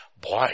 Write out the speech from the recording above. Boy